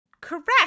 correct